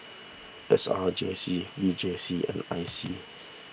S R J C V J C and I C